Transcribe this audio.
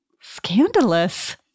Scandalous